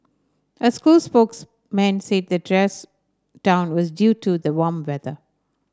a school spokesman said the dress down was due to the warm weather